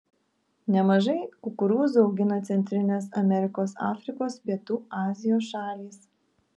nemažai kukurūzų augina centrinės amerikos afrikos pietų azijos šalys